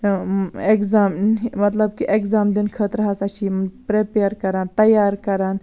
exam مَطلَب کہِ exam دِنہٕ خٲطرٕ ہَسا چھِ یِم پریٚپیر کَران تَیار کَران